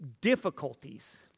difficulties